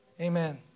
Amen